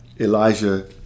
Elijah